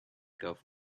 golf